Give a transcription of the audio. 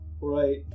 right